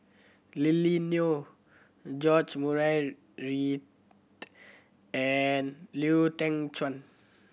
Lily Neo George Murray Reith and Lau Teng Chuan